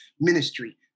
ministry